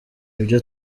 ibyo